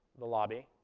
the lobby,